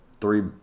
three